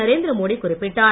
நரேந்திரமோடி குறிப்பிட்டார்